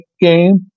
game